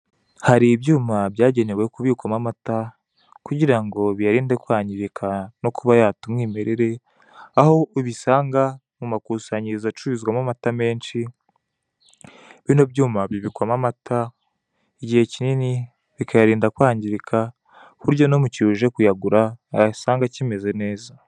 Hari ibyuma byagenewe kubikwamo amata kugira ngo biyarinde kwangirika no kuba yata umwimerere, aho ubisanga mu makusanyirizo acururizwamo amata menshi; bino byuma bibikwamo amata igihe kinini, bikayarinda kwangirika ku buryo n'umukiriya uje kuyagura ayasanga akimeze neza.